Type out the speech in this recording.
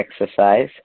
exercise